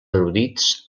erudits